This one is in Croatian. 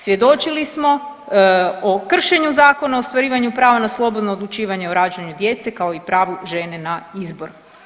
Svjedočili smo o kršenju Zakona o ostvarivanju prava na slobodno odlučivanje o rađanju djece kao i pravu žene na izbor.